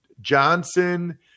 Johnson